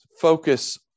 focus